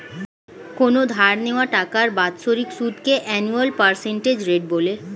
কোনো ধার নেওয়া টাকার বাৎসরিক সুদকে অ্যানুয়াল পার্সেন্টেজ রেট বলে